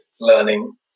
learning